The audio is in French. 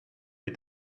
est